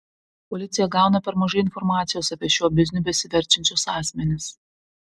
policija gauna per mažai informacijos apie šiuo bizniu besiverčiančius asmenis